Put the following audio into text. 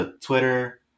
Twitter